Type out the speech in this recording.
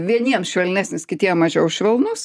vieniem švelnesnis kitiem mažiau švelnus